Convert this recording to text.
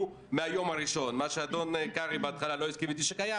מהיום הראשון מה שהאדון קרעי בהתחלה לא הסכים איתי שקיים